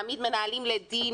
מעמיד מנהלים לדין,